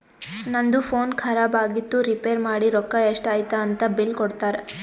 ನಂದು ಫೋನ್ ಖರಾಬ್ ಆಗಿತ್ತು ರಿಪೇರ್ ಮಾಡಿ ರೊಕ್ಕಾ ಎಷ್ಟ ಐಯ್ತ ಅಂತ್ ಬಿಲ್ ಕೊಡ್ತಾರ್